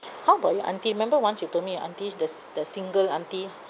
how about your auntie remember once you told me your auntie the the single auntie